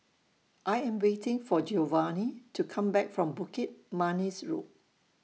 I Am waiting For Giovanni to Come Back from Bukit Manis Road